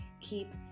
keep